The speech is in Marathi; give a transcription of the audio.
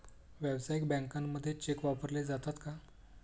व्यावसायिक बँकांमध्ये चेक वापरले जातात का?